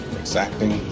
exacting